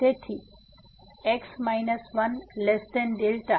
તેથી કે x 1δ